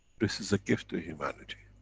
this is a gift to humanity.